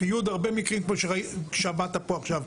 יהיו עוד הרבה מקרים כמו ששמעת פה עכשיו.